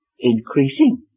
increasing